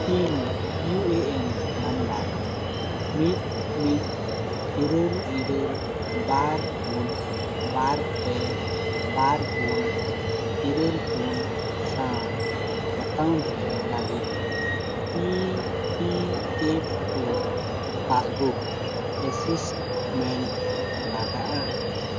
ᱤᱧ U A N number ᱢᱤᱫ ᱢᱤᱫ ᱤᱨᱟᱹᱞ ᱤᱨᱟᱹᱞ ᱵᱟᱨ ᱯᱩᱱ ᱵᱟᱨ ᱯᱮ ᱵᱟᱨ ᱯᱩᱱ ᱤᱨᱟᱹᱞ ᱯᱩᱱ ᱥᱟᱶ ᱮᱠᱟᱣᱩᱱᱴ ᱨᱮ ᱞᱟᱹᱜᱤᱫ E P F O passbook assessment ᱞᱟᱜᱟᱜᱼᱟ